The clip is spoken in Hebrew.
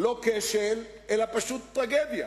לא כשל, אלא פשוט טרגדיה.